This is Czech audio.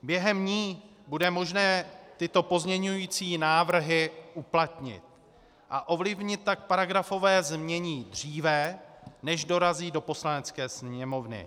Během ní bude možné tyto pozměňující návrhy uplatnit, a ovlivnit tak paragrafové znění dříve, než dorazí do Poslanecké sněmovny.